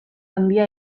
handia